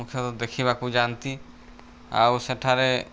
ମୁଖ୍ୟତଃ ଦେଖିବାକୁ ଯାଆନ୍ତି ଆଉ ସେଠାରେ